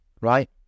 Right